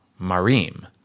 Marim